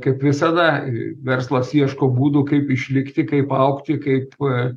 kaip visada verslas ieško būdų kaip išlikti kaip augti kaip